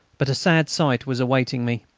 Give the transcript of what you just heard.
but a sad sight was awaiting me.